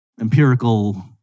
empirical